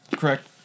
Correct